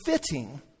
fitting